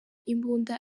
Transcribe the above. imbunda